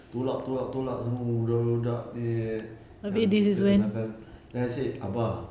tolak tolak tolak semua bu~ bu~ budak ini yang terkena kan then I said abah